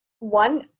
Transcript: one